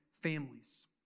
families